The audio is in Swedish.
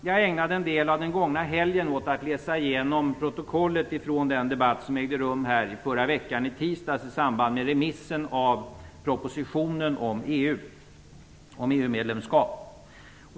Jag ägnade en del av den gångna helgen åt att läsa igenom protokollet från den debatt som hölls här i tisdags vid remissen av propositionen om EU-medlemskap.